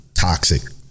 toxic